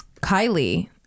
Kylie